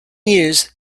used